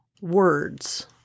words